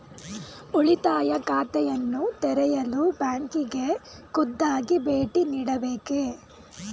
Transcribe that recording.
ಉಳಿತಾಯ ಖಾತೆಯನ್ನು ತೆರೆಯಲು ಬ್ಯಾಂಕಿಗೆ ಖುದ್ದಾಗಿ ಭೇಟಿ ನೀಡಬೇಕೇ?